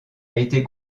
été